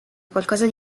qualcosa